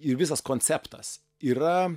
ir visas konceptas yra